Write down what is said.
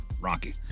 Rocky